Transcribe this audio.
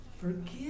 Forgive